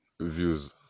views